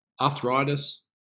Arthritis